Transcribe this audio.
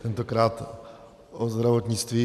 Tentokrát o zdravotnictví.